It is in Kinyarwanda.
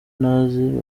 ntazi